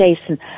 Jason